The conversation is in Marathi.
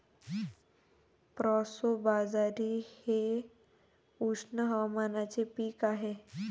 प्रोसो बाजरी हे उष्ण हवामानाचे पीक आहे